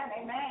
Amen